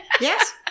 yes